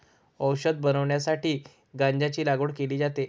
औषध बनवण्यासाठी गांजाची लागवड केली जाते